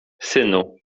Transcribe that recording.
synu